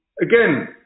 Again